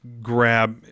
grab